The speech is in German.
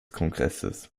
kongresses